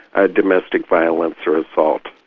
ah domestic violence or assault.